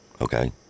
okay